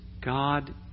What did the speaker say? God